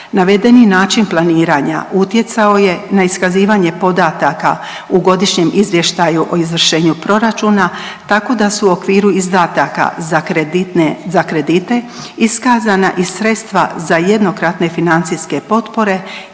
Navedeni način planiranja utjecao je na iskazivanje podataka u godišnjem izvještaju o izvršenju proračuna, tako da su u okviru izdataka za kreditne, za kredite iskazana i sredstva za jednokratne financijske potpore